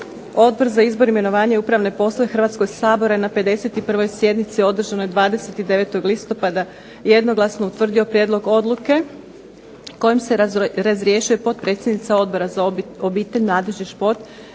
Odbor za izbor, imenovanje i upravne poslove Hrvatskog sabora je na 51. sjednici održanoj 29. listopada jednoglasno utvrdio prijedlog odluke kojim se razrješuje potpredsjednica Odbora za obitelj, mladež i šport